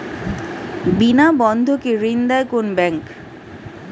বিনা বন্ধকে ঋণ দেয় কোন ব্যাংক?